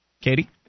Katie